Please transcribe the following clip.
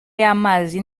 y’amazi